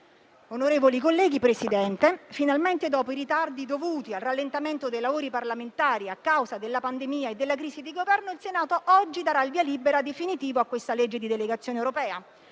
onorevoli colleghi, dopo i ritardi dovuti al rallentamento dei lavori parlamentari a causa della pandemia e della crisi di Governo, finalmente il Senato oggi darà il via libera definitivo a questa legge di delegazione europea.